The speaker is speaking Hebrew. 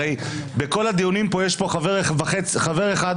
הרי בכל הדיונים פה יש חבר אחד מהליכוד,